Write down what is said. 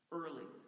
early